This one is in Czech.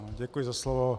Děkuji za slovo.